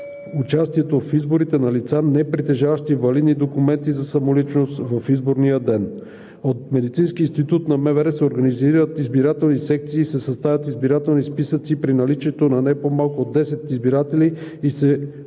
участието в изборите на лица, непритежаващи валидни документи за самоличност в изборния ден. От Медицинския институт на МВР се организират избирателни секции и се съставят избирателни списъци при наличието на не по-малко от 10 избиратели и се уведомява общинската